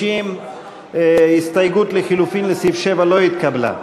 50. ההסתייגות לחלופין לסעיף 7 לא התקבלה.